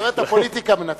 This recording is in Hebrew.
כלומר הפוליטיקה מנצחת.